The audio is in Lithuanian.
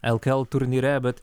lkl turnyre bet